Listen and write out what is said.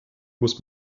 muss